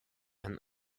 and